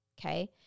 okay